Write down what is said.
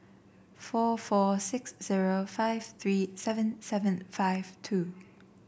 four four six zero five three seven seven five two